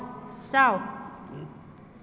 ꯆꯥꯎ